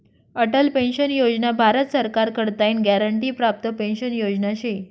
Atal pension योजना भारत सरकार कडताईन ग्यारंटी प्राप्त पेंशन योजना शे